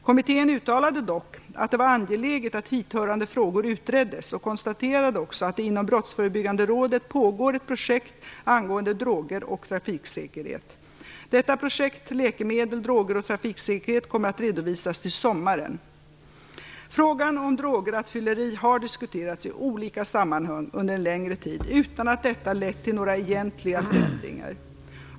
Kommittén uttalade dock att det var angeläget att hithörande frågor utreddes och konstaterade också att det inom Brottsförebyggande rådet pågår ett projekt angående droger och trafiksäkerhet. Detta projekt - Läkemedel, droger och trafiksäkerhet - kommer att redovisas till sommaren. Frågan om drograttfylleri har diskuterats i olika sammanhang under en längre tid utan att detta lett till några egentliga förändringar.